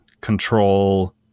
control